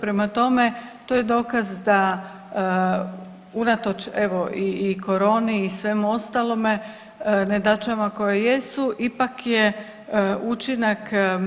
Prema tome, to je dokaz da unatoč evo i koroni i svemu ostalome, nedaćama koje jesu, ipak je učinak